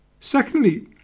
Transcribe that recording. Secondly